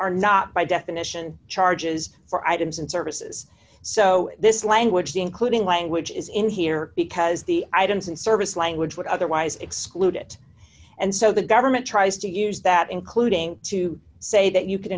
are not by definition charges for items and services so this language including language is in here because the items and service language would otherwise exclude it and so the government tries to use that including to say that you can